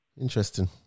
interesting